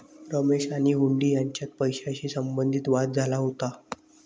रमेश आणि हुंडी यांच्यात पैशाशी संबंधित वाद झाला होता